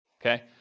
okay